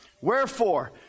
Wherefore